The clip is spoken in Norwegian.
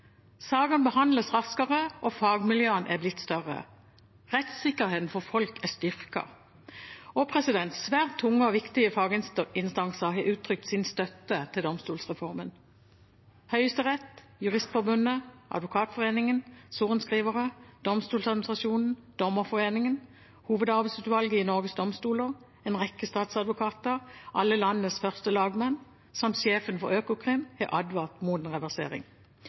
Sakene behandles raskere, og fagmiljøene er blitt større. Rettsikkerheten for folk er styrket. Svært tunge og viktige faginstanser har utrykt sin støtte til domstolsreformen. Høyesterett, Juristforbundet, Advokatforeningen, sorenskrivere, Domstolsadministrasjonen, Dommerforeningen, Hovedarbeidsutvalget i Norges domstoler, en rekke statsadvokater, alle landets førstelagmenn, samt sjefen for Økokrim har advart mot en reversering.